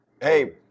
Hey